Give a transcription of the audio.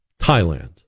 Thailand